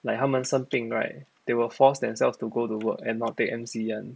like 他们生病 right they will force themselves to go to work and not take M_C [one]